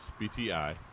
BTI